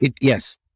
Yes